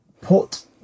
put